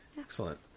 Excellent